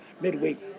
midweek